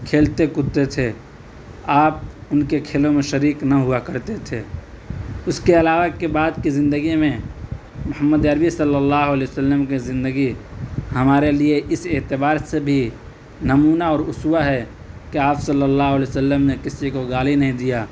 کھیلتے کودتے تھے آپ ان کے کھیلوں میں شریک نہ ہوا کرتے تھے اس کے علاوہ کے بعد کی زندگی میں محمد عربی صلی اللّہ علیہ و سلّم کے زندگی ہمارے لیے اس اعتبار سے بھی نمونہ اور اسوہ ہے کہ آپ صلی اللّہ علیہ و سلّم نے کسی کو گالی نہیں دیا